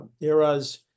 eras